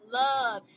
love